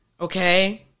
Okay